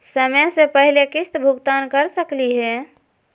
समय स पहले किस्त भुगतान कर सकली हे?